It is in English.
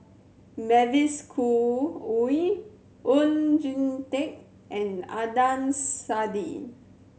Mavis Khoo Oei Oon Jin Teik and Adnan Saidi